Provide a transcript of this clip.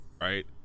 right